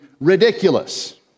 ridiculous